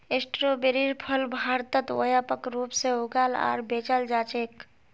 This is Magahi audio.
स्ट्रोबेरीर फल भारतत व्यापक रूप से उगाल आर बेचाल जा छेक